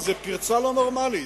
זו פרצה לא נורמלית.